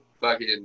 fucking-